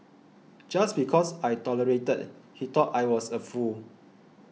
just because I tolerated he thought I was a fool